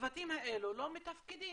הצוותים האלה לא מתפקדים,